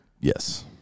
Yes